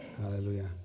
Hallelujah